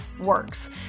works